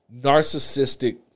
narcissistic